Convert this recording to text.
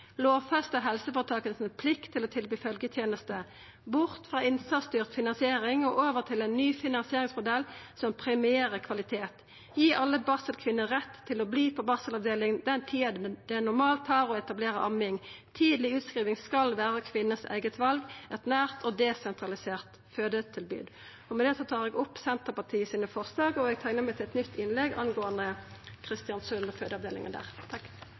lovfesta plikta helseføretaka har til å tilby følgjeteneste, gå bort frå innsatsstyrt finansiering og over til ein ny finansieringsmodell som premierer kvalitet, og gi alle barselkvinner rett til å verte på barselavdeling den tida det normalt tar å etablera amming. Tidleg utskriving skal vera kvinna sitt eige val. Vi vil ha eit nært og desentralisert fødetilbod. Med det tar eg opp Senterpartiets forslag og forslaget vi har saman med Arbeidarpartiet og SV, og eg teiknar meg til eit nytt innlegg angåande